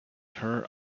her